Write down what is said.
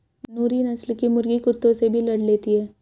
नूरी नस्ल की मुर्गी कुत्तों से भी लड़ लेती है